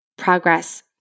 progress